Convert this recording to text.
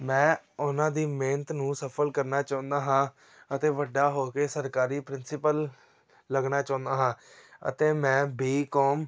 ਮੈਂ ਉਹਨਾਂ ਦੀ ਮਿਹਨਤ ਨੂੰ ਸਫ਼ਲ ਕਰਨਾ ਚਾਹੁੰਦਾ ਹਾਂ ਅਤੇ ਵੱਡਾ ਹੋ ਕੇ ਸਰਕਾਰੀ ਪ੍ਰਿੰਸੀਪਲ ਲੱਗਣਾ ਚਾਹੁੰਦਾ ਹਾਂ ਅਤੇ ਮੈਂ ਬੀ ਕੌਮ